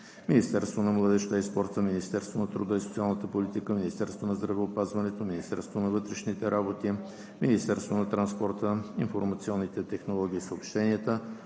Министерството на младежта и спорта, Министерството на труда и социалната политика, Министерството на здравеопазването, Министерството на вътрешните работи, Министерството на транспорта, информационните технологии и съобщенията,